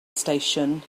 station